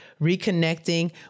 reconnecting